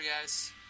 guys